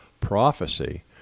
prophecy